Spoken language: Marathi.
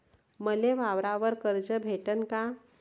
मले वावरावर कर्ज भेटन का?